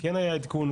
כן היה עדכון,